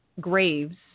graves